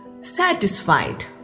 satisfied